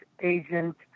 agent –